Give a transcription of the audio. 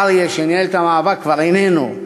אריה, שניהל את המאבק, כבר איננו.